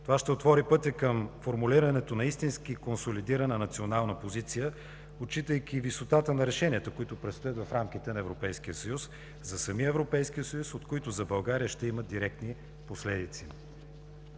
Това ще отвори пътя към формулирането на истински консолидирана национална позиция, отчитайки висотата на решенията, които предстоят в рамките на Европейския съюз за самия Европейски съюз, от които за България ще има директни последици.